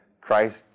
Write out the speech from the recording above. Christ